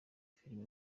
filime